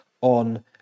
on